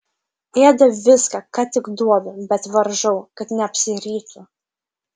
ėda viską ką tik duodu bet varžau kad neapsirytų